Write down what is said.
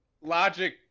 logic